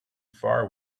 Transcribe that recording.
far